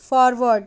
forward